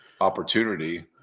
opportunity